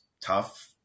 tough